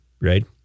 right